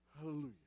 Hallelujah